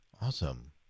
Awesome